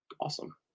awesome